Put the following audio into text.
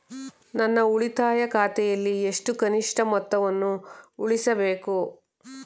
ನನ್ನ ಉಳಿತಾಯ ಖಾತೆಯಲ್ಲಿ ಎಷ್ಟು ಕನಿಷ್ಠ ಮೊತ್ತವನ್ನು ಉಳಿಸಬೇಕು?